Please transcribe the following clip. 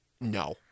no